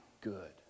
good